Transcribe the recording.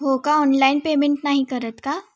हो का online payment नाही करत का